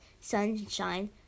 sunshine